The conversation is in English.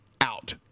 out